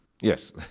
Yes